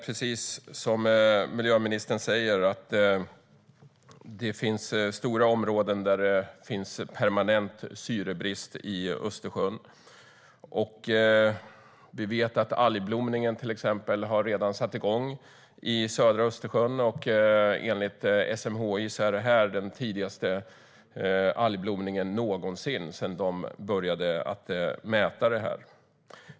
Precis som miljöministern säger finns det stora områden i Östersjön med permanent syrebrist. Vi vet att algblomningen redan har satt igång i södra Östersjön. Enligt SMHI är det den tidigaste algblomningen någonsin sedan man började mäta det här.